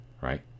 right